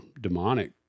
demonic